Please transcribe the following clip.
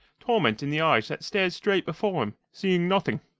torment in the eyes that stared straight before him, seeing nothing.